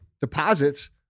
deposits